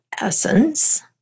essence